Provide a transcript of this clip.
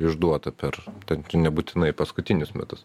išduota per ten tu nebūtinai paskutinius metus